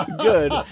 good